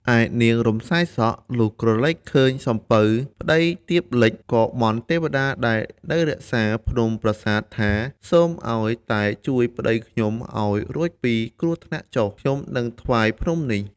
ឯនាង រំសាយសក់ លុះក្រឡេកឃើញសំពៅ ប្តីទៀបលិច ក៏បន់ទេវតាដែលនៅរក្សាភ្នំប្រាសាទថា "សូមឱ្យតែជួយប្តីខ្ញុំឱ្យរួចពីគ្រោះថ្នាក់ចុះ ខ្ញុំនឹងថ្វាយភ្នំនេះ” ។